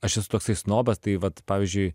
aš esu toksai snobas tai vat pavyzdžiui